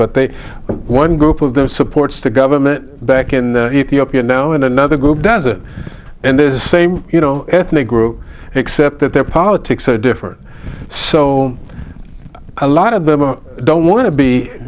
but they one group of them supports the government back in ethiopia now and another group does it and this same you know ethnic group except that their politics are different so a lot of burma don't want to be